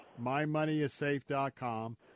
mymoneyissafe.com